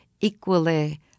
equally